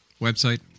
Website